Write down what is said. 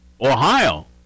Ohio